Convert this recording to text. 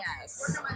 Yes